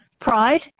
pride